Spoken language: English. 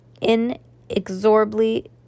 inexorably